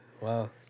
Wow